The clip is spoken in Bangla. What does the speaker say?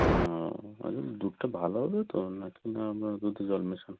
ও আচ্ছা দুধটা ভালো হবে তো না কি না আপনারা দুধে জল মেশান